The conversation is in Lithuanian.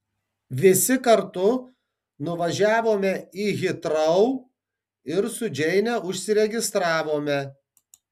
visi kartu nuvažiavome į hitrou ir su džeine užsiregistravome